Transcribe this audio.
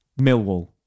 millwall